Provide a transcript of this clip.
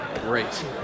Great